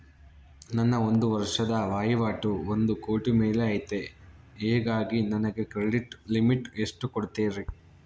ನನ್ನ ಒಂದು ವರ್ಷದ ವಹಿವಾಟು ಒಂದು ಕೋಟಿ ಮೇಲೆ ಐತೆ ಹೇಗಾಗಿ ನನಗೆ ಕ್ರೆಡಿಟ್ ಲಿಮಿಟ್ ಎಷ್ಟು ಕೊಡ್ತೇರಿ?